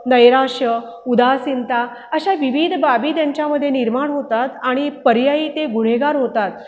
नैराश्य उदासीनता अशा विविध बाबी त्यांच्यामध्ये निर्माण होतात आणि पर्यायी ते गुन्हेगार होतात